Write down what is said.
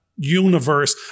universe